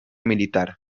militar